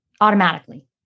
Automatically